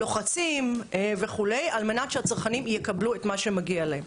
לוחצים וכו' על מנת שהצרכנים יקבלו את מה שמגיע להם.